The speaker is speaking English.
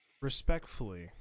Respectfully